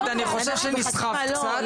אני חושב שנסחפת קצת.